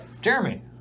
Jeremy